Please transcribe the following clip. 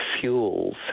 fuels